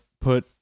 put